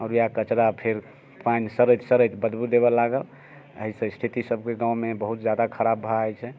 आओर इएह कचरा फेर पानि सड़ैत सड़ैत बदबू देबऽ लागल एहिसँ स्थिति सबके गाँवमे बहुत जादा खराब भऽ जाइत छै